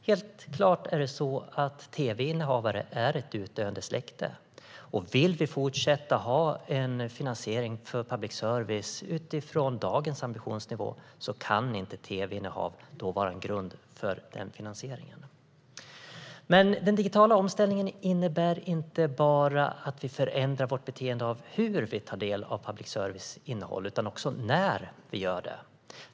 Helt klart är det så att tv-innehavare är ett utdöende släkte, och vill vi fortsätta ha en finansiering för public service utifrån dagens ambitionsnivå kan inte tv-innehav vara en grund för den finansieringen. Men den digitala omställningen innebär inte bara att vi förändrar vårt beteende när det gäller hur vi tar del av public service-innehåll utan också när vi gör det.